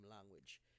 language